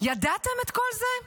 ידעתם את כל זה?